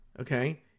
Okay